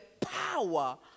power